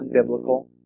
unbiblical